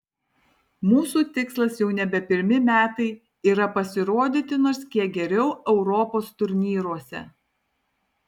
mūsų tikslas jau nebe pirmi metai yra pasirodyti nors kiek geriau europos turnyruose